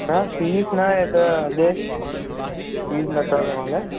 हा फीस ना आहे त हले फीस न अथव तव्हां लाइ